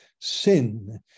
sin